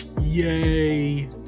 yay